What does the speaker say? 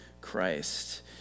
Christ